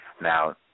Now